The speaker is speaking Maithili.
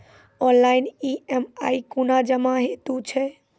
ऑनलाइन ई.एम.आई कूना जमा हेतु छै?